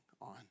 on